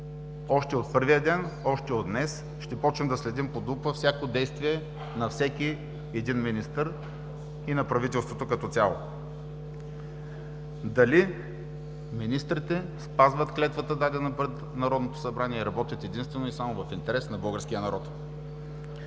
Още от първия ден, още от днес ще почнем да следим под лупа всяко действие на всеки един министър и на правителството като цяло, дали министрите спазват клетвата, дадена пред Народното събрание, и работят единствено и само в интерес на българския народ.